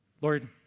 Lord